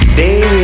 day